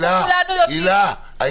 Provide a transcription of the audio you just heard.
כולנו יודעים -- הילה,